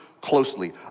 closely